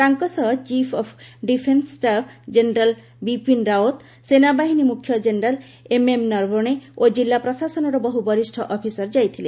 ତାଙ୍କ ସହ chief of defence staff general Bipin Rawat ସେନାବାହିନୀ ମୁଖ୍ୟ ଜେନେରାଲ୍ ଏମ୍ଏମ୍ ନରବଣେ ଓ ଜିଲ୍ଲା ପ୍ରଶାସନର ବହୁ ବରିଷ୍ଣ ଅଫିସର୍ ଯାଇଥିଲେ